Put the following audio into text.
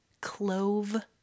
Clove